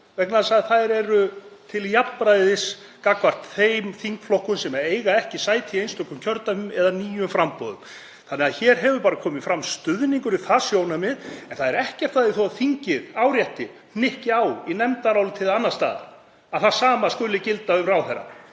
þess að þær eru til jafnræðis gagnvart þeim þingflokkum sem eiga ekki sæti í einstökum kjördæmum eða nýjum framboðum. Þannig að hér hefur bara komið fram stuðningur við það sjónarmið. En það er ekkert að því þó að þingið árétti, hnykki á í nefndaráliti eða annars staðar, að það sama skuli gilda um ráðherra.